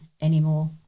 anymore